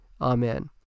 Amen